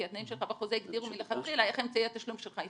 כי התנאים שלך בחוזה הגדירו מלכתחילה איך אמצעי התשלום שלך יפעל,